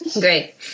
Great